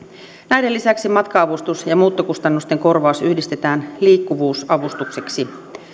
näiden lisäksi matka avustus ja ja muuttokustannusten korvaus yhdistetään liikkuvuusavustukseksi